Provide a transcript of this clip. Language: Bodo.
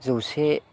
जौसे